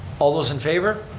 all those in favor,